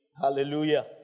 Hallelujah